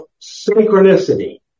synchronicity